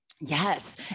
yes